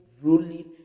ruling